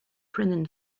pronoun